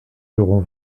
seront